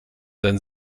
sein